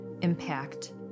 impact